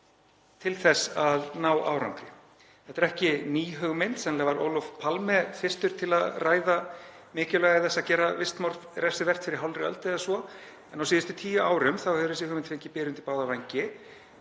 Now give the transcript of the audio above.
til þess að ná árangri. Þetta er ekki ný hugmynd. Sennilega var Olof Palme fyrstur til að ræða mikilvægi þess að gera vistmorð refsivert fyrir hálfri öld eða svo, en á síðustu tíu árum hefur þessi hugmynd fengið byr undir báða vængi.